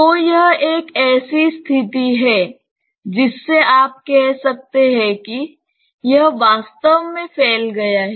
तो यह एक ऐसी स्थिति है जिससे आप कह सकते हैं कि यह वास्तव में फैल गया है